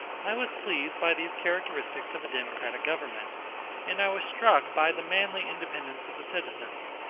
i was pleased by these characteristics of a democratic government and i was struck by the manly independence of the citizens,